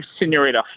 senorita